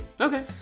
Okay